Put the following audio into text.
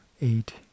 eight